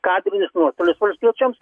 kadrinis nuostolis valstiečiams